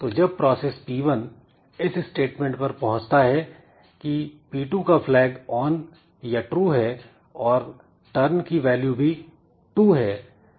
तो जब process P1 इस स्टेटमेंट पर पहुंचता है की P2 का फ्लैग ऑन या True है और टर्न की वैल्यू भी 2 है